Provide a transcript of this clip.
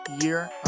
year